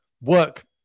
work